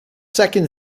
second